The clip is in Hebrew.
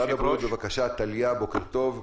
טליה, בבקשה.